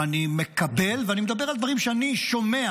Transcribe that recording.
אני מקבל, ואני מדבר על דברים שאני שומע.